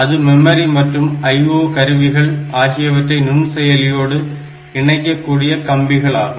அது மெமரி மற்றும் IO கருவிகள் ஆகியவற்றை நுண்செயலியோடு இணைக்கக்கூடிய கம்பிகள் ஆகும்